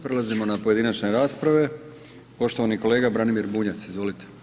Prelazimo na pojedinačne rasprave, poštovani kolega Branimir Bunjac, izvolite.